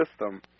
system